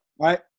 right